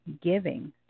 giving